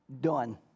Done